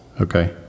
Okay